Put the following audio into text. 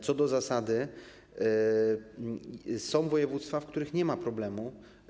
Co do zasady są województwa, w których nie ma problemu.